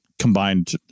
combined